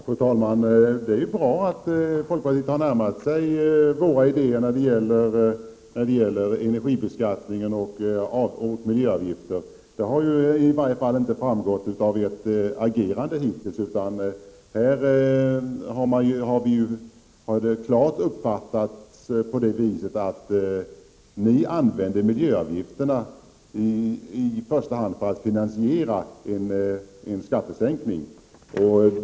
Fru talman! Det är bra att folkpartiet har närmat sig våra idéer när det gäller energibeskattningen och miljöavgifter. Det har inte framgått av ert agerande hittills. Det har uppfattats så att ni vill använda miljöavgifter i första hand för att finansiera en skattesänkning.